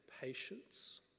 patience